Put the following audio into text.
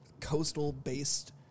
coastal-based